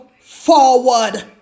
forward